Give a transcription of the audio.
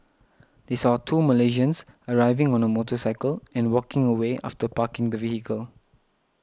they saw two Malaysians arriving on a motorcycle and walking away after parking the vehicle